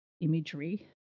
imagery